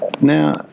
Now